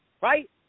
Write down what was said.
right